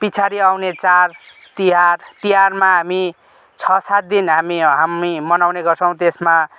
पछाडि अउने चाड तिहार तिहारमा हामी छ सात दिन हामी हामी मनाउने गर्छौँ त्यसमा